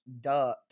Duh